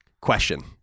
question